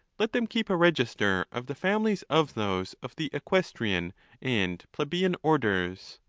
let them keep a register of the families of those of the equestrian and ple beian orders.